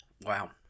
Wow